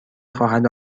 خواهد